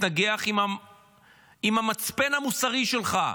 תתנגח עם המצפן המוסרי שלך,